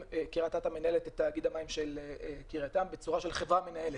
קריית-אתא מנהלת את תאגיד המים של קריית-ים בצורה של חברה מנהלת.